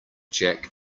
jack